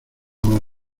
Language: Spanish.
mal